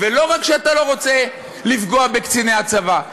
ולא רק שאתה לא רוצה לפגוע בקציני הצבא,